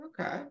Okay